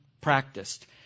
practiced